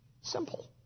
simple